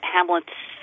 Hamlet's